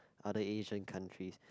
other Asian countries